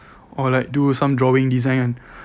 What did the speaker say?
or like do some drawing design kan